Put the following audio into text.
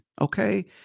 Okay